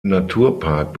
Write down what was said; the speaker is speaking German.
naturpark